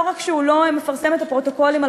לא רק שהוא לא מפרסם פרוטוקולים על